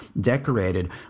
decorated